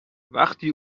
وقتی